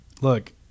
look